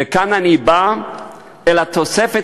וכאן אני בא אל התוספת